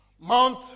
Mount